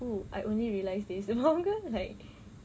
oh I only realise this no wonder like